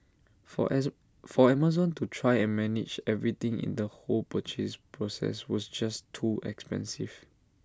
for for Amazon to try and manage everything in the whole purchase process was just too expensive